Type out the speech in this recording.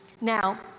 Now